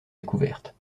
découvertes